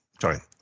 sorry